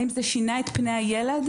האם זה שינה את פני הילד?